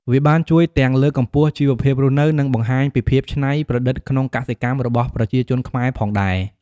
វាបានជួយទាំងលើកកម្ពស់ជីវភាពរស់នៅ និងបង្ហាញពីភាពច្នៃប្រឌិតក្នុងកសិកម្មរបស់ប្រជាជនខ្មែរផងដែរ។